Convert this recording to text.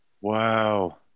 wow